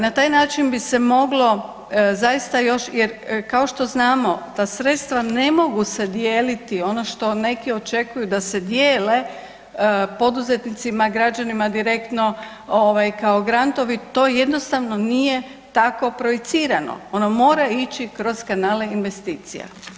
Na taj način bi se moglo zaista još, jer kao što znamo ta sredstva ne mogu se dijeliti, ono što neki očekuju da se dijele poduzetnicima, građanima direktno kao grantovi, to jednostavno nije tako projicirano, ono mora ići kroz kanale investicija.